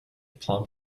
plum